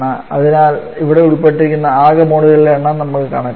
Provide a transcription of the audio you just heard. അതിനാൽ ഇവിടെ ഉൾപ്പെട്ടിരിക്കുന്ന ആകെ മോളുകളുടെ എണ്ണം നമുക്ക് കണക്കാക്കാം